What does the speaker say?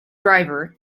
driver